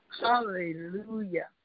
hallelujah